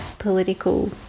political